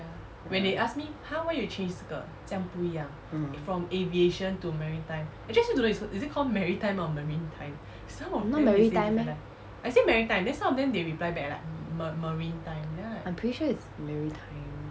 mm not maritime meh I'm pretty sure it's maritime